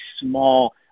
small